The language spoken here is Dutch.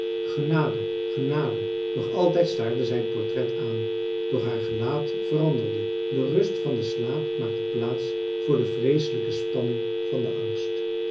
genade genade nog altijd staarde zij het portret aan doch haar gelaat veranderde de rust van den slaap maakte plaats voor de vreeselijke spanning van den angst